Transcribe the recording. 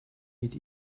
mit